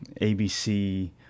ABC